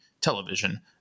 television